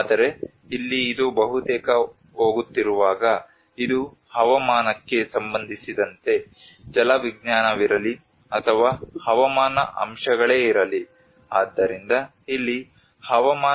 ಆದರೆ ಇಲ್ಲಿ ಇದು ಬಹುತೇಕ ಹೋಗುತ್ತಿರುವಾಗ ಇದು ಹವಾಮಾನಕ್ಕೆ ಸಂಬಂಧಿಸಿದಂತೆ ಜಲವಿಜ್ಞಾನವಿರಲಿ ಅಥವಾ ಹವಾಮಾನ ಅಂಶಗಳೇ ಇರಲಿ ಆದ್ದರಿಂದ ಇಲ್ಲಿ ಹವಾಮಾನ ಪ್ರೇರಿತ ಆಗಿದೆ